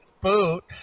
boot